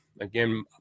again